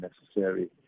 necessary